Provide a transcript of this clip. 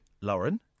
Lauren